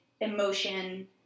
emotion